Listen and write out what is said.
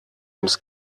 ums